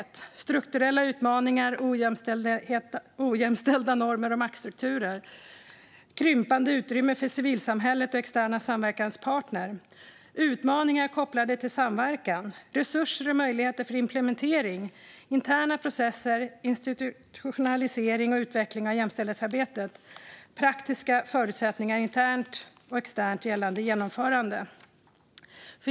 Det handlar om strukturella utmaningar och ojämställda normer och maktstrukturer, krympande utrymme för civilsamhället och externa samverkanspartner, utmaningar kopplade till samverkan, resurser och möjligheter för implementering, interna processer, institutionalisering och utveckling av jämställdhetsarbetet och praktiska förutsättningar internt och externt gällande genomförande.